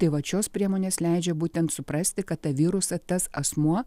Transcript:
tai vat šios priemonės leidžia būtent suprasti kad tą virusą tas asmuo